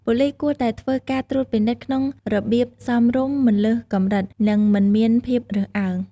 ប៉ូលិសគួរតែធ្វើការត្រួតពិនិត្យក្នុងរបៀប សមរម្យ មិនលើសកម្រិត និងមិនមានភាពរើសអើង។